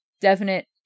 Definite